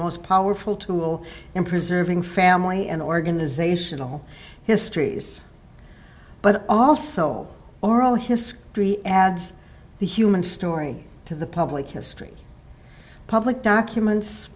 most powerful tool in preserving family and organizational histories but also oral history adds the human story to the public history public documents